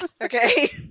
Okay